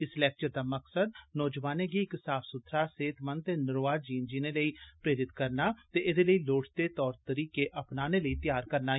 इस लेक्चर दा मकसद नोजवानें गी इक साफ सुथरा सेहतमंद ते नरोआ जीन जीने लेई प्रेरत करना ते एदे लोढ़चदे तौर तरीके अपनाने लेई तयार करना हा